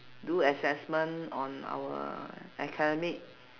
do assessment on our academic